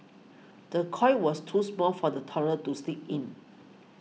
the cot was too small for the toddler to sleep in